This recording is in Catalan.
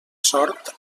sort